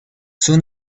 soon